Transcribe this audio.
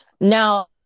Now